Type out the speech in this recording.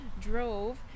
drove